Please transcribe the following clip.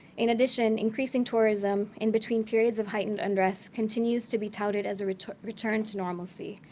in addition, increasing tourism in between periods of heightened unrest continues to be touted as a return return to normalcy.